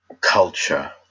culture